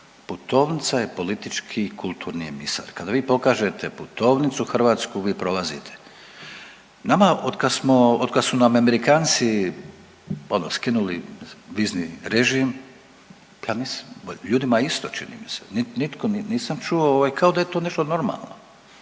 Putovnica je politički kulturni emisar. Kada vi pokažete putovnicu hrvatsku vi prolazite. Nama od kad su nam Amerikanci ono skinuli vizni režim, ljudima je isto čini mi se. Nitko, nisam čuo kao da je to nešto normalno.